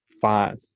five